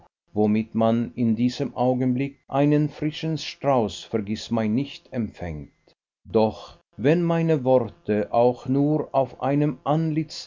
womit man in diesem augenblick einen frischen strauß vergißmeinnicht empfängt doch wenn meine worte auch nur auf einem